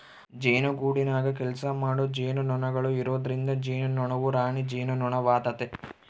ಜೇನುಗೂಡಿನಗ ಕೆಲಸಮಾಡೊ ಜೇನುನೊಣಗಳು ಇರೊದ್ರಿಂದ ಜೇನುನೊಣವು ರಾಣಿ ಜೇನುನೊಣವಾತತೆ